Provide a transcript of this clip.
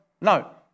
No